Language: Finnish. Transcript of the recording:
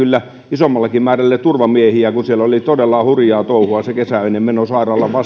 isommallekin määrälle turvamiehiä kun siellä oli todella hurjaa touhua se kesäöinen meno